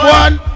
one